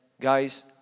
guys